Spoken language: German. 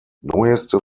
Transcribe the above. neueste